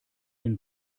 den